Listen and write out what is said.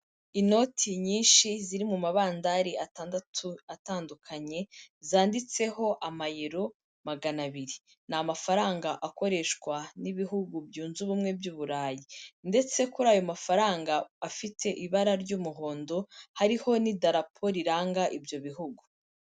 Inoti nyinshi ziri mu mabandari atandatu atandukanye zanditseho amayero magana abiri, ni amafaranga akoreshwa n'ibihugu byunze ubumwe by'Uburayi, ndetse kuri ayo mafaranga afite ibara ry'umuhondo hariho n'idarapo riranga ibyo bihugu.